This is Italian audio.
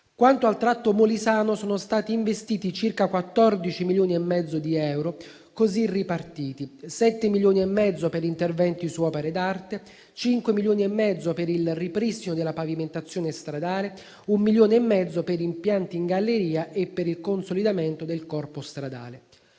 Quanto al tratto molisano, sono stati investiti circa 14,5 milioni di euro, così ripartiti: 7,5 milioni per interventi su opere d'arte, 5,5 milioni per il ripristino della pavimentazione stradale, 1,5 milioni per impianti in galleria e per il consolidamento del corpo stradale.